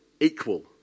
equal